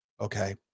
okay